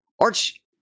Arch